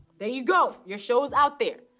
there you go your show is out there,